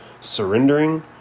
Surrendering